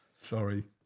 sorry